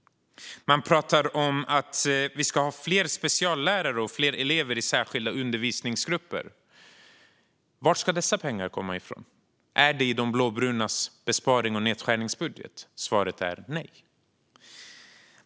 Man pratar om fler speciallärare och fler elever i särskilda undervisningsgrupper. Varifrån kommer de pengarna? Är det i de blåbrunas besparings och nedskärningsbudget? Svaret är nej.